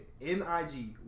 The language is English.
n-i-g